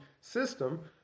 system